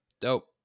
Dope